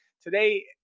today